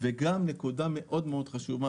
ונקודה מאוד מאוד חשובה,